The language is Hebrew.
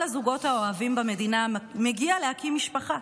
הזוגות האוהבים במדינה מגיע להקים משפחה,